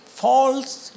false